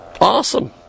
Awesome